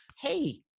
hey